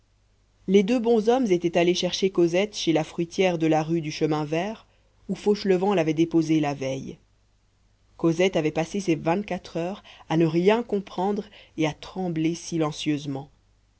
les deux bonshommes étaient allés chercher cosette chez la fruitière de la rue du chemin vert où fauchelevent l'avait déposée la veille cosette avait passé ces vingt-quatre heures à ne rien comprendre et à trembler silencieusement